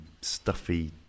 stuffy